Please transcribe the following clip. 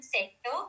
sector